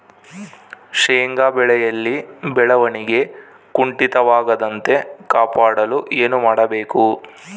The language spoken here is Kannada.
ಶೇಂಗಾ ಬೆಳೆಯಲ್ಲಿ ಬೆಳವಣಿಗೆ ಕುಂಠಿತವಾಗದಂತೆ ಕಾಪಾಡಲು ಏನು ಮಾಡಬೇಕು?